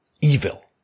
evil